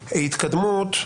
התקדמות.